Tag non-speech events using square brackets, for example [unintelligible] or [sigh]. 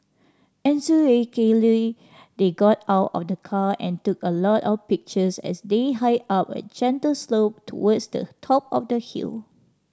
[unintelligible] they got out of the car and took a lot of pictures as they hiked up a gentle slope towards the top of the hill